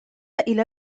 إلى